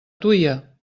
tuia